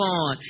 on